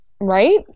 Right